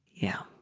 yeah.